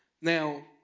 Now